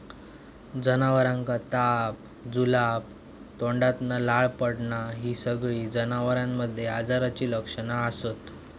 जनावरांका ताप, जुलाब, तोंडातना लाळ पडना हि सगळी जनावरांमध्ये आजाराची लक्षणा असत